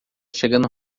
chegando